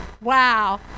Wow